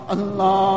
Allah